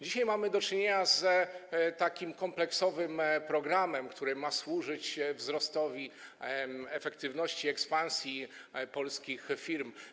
Dzisiaj mamy do czynienia z kompleksowym programem, który ma służyć wzrostowi efektywności ekspansji polskich firm.